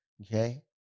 Okay